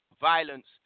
violence